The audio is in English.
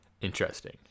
Interesting